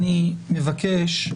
אני מבקש.